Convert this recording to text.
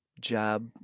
job